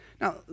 Now